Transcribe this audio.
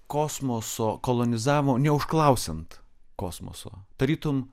kosmoso kolonizavimo neužklausiant kosmoso tarytum